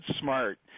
smart